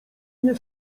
nie